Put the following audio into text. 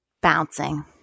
bouncing